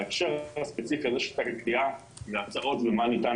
בהקשר הזה הספציפי של קביעה והצעות ומה ניתן